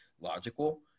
logical